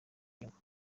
inyungu